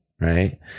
Right